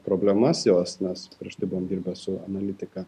problemas jos nes prieš tai buvom dirbę su analitika